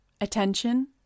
attention